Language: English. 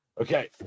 Okay